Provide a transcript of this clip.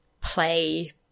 play